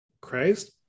christ